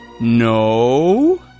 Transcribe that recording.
No